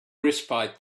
respite